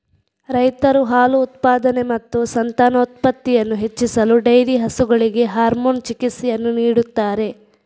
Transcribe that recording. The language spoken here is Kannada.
ರೈತರು ಹಾಲು ಉತ್ಪಾದನೆ ಮತ್ತು ಸಂತಾನೋತ್ಪತ್ತಿಯನ್ನು ಹೆಚ್ಚಿಸಲು ಡೈರಿ ಹಸುಗಳಿಗೆ ಹಾರ್ಮೋನ್ ಚಿಕಿತ್ಸೆಯನ್ನು ನೀಡುತ್ತಾರೆ